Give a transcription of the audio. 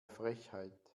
frechheit